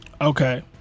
Okay